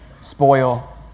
spoil